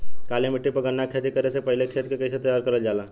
काली मिट्टी पर गन्ना के खेती करे से पहले खेत के कइसे तैयार करल जाला?